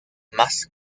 más